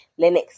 Linux